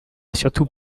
surtout